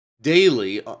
daily